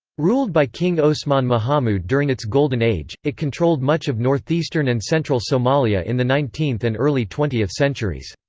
ruled by king osman mahamuud during its golden age, it controlled much of northeastern and central somalia in the nineteenth and early twentieth centuries.